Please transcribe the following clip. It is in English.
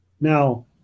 Now